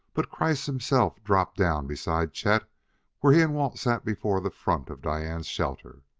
but kreiss himself dropped down beside chet where he and walt sat before the front of diane's shelter.